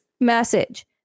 message